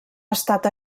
restat